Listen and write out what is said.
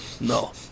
No